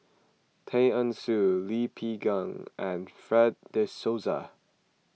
Tay Eng Soon Lee Peh and Fred De Souza